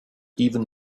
even